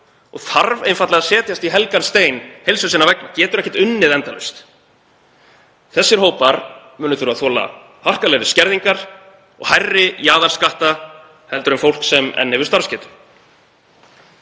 og þarf einfaldlega að setjast í helgan stein heilsu sinnar vegna, getur ekki unnið endalaust. Þessir hópar munu þurfa að þola harkalegri skerðingar og hærri jaðarskatta en fólk sem enn hefur starfsgetu.